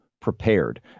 prepared